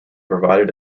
provided